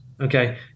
Okay